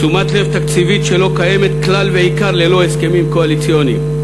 תשומת לב תקציבית שלא קיימת כלל ועיקר ללא הסכמים קואליציוניים.